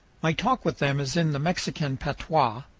my talk with them is in the mexican patois,